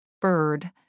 bird